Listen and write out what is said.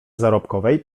zarobkowej